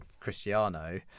Cristiano